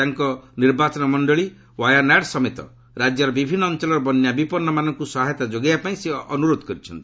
ତାଙ୍କ ନିର୍ବାଚନ ମଣ୍ଡଳୀ ୱାୟାନାଡ୍ ସମେତ ରାଜ୍ୟର ବିଭିନ୍ନ ଅଞ୍ଚଳର ବନ୍ୟା ବିପନ୍ନମାନଙ୍କୁ ସହାୟତା ଯୋଗାଇବା ପାଇଁ ସେ ଅନୁରୋଧ କରିଛନ୍ତି